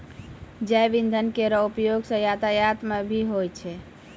जैव इंधन केरो उपयोग सँ यातायात म भी होय छै